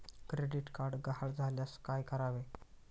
Credit card गहाळ झाल्यास काय करावे?